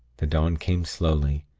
the dawn came slowly,